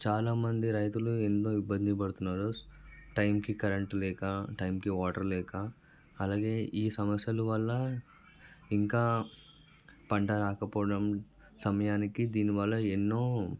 చాలా మంది రైతులు ఎంతో ఇబ్బంది పడుతున్నారు టైంకి కరెంటు లేక టైంకి వాటర్ లేక అలాగే ఈ సమస్యల వల్ల ఇంకా పంట రాకపోవడం సమయానికి దీని వల్ల ఎన్నో